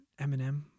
Eminem